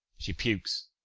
she pukes,